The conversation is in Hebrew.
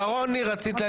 שרון ניר, רצית להגיד משהו?